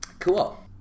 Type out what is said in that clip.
cool